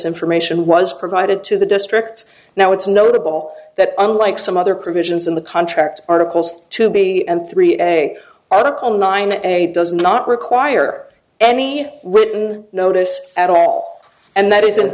information was provided to the districts now it's notable that unlike some other provisions in the contract articles to be and three egg article nine a does not require any written notice at all and that is